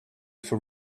for